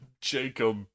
Jacob